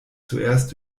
zuerst